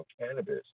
cannabis